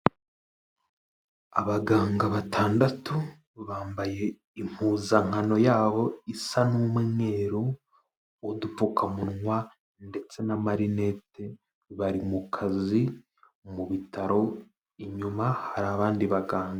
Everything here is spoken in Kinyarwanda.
Abaganga batandatu bambaye impuzankano yabo isa n'umweru, udupfukamunwa ndetse n'amarinete, bari mu kazi mu bitaro, inyuma hari abandi baganga.